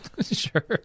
Sure